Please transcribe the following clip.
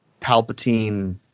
palpatine